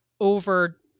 over